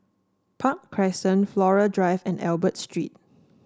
Park Crescent Flora Drive and Albert Street